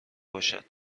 باشد